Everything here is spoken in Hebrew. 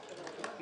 נכון.